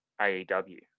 AEW